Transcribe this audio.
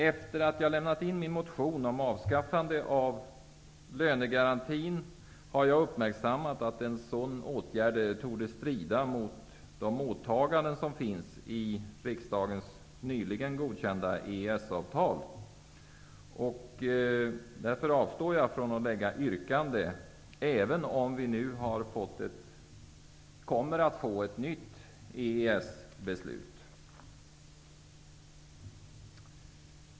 Efter det att jag lämnat in min motion om avskaffande av lönegarantin har jag uppmärksammat att ett sådant avskaffande torde strida mot de åtaganden som finns i det av riksdagen nyligen godkända EES-avtalet. Därför avstår jag ifrån att framställa yrkande, även om vi nu kommer att få ett nytt EES-beslut.